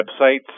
websites